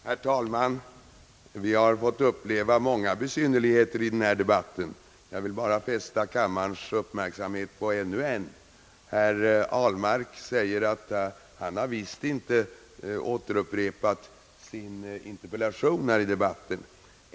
Herr talman! Vi har fått uppleva många besynnerligheter i denna debatt. Jag vill bara fästa kammarens uppmärksamhet på ännu en. Herr Ahlmark säger att han visst inte har återupprepat sin interpellation här i debatten.